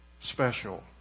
special